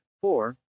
four